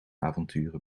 avonturen